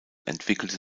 entwickelte